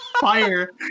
fire